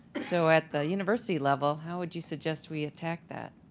so at the university level how would you suggest we attack that?